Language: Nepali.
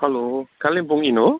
हेलो कालिम्पोङ इन हो